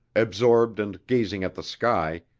absorbed and gazing at the sky,